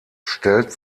stellt